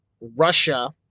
Russia